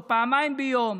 או פעמיים ביום.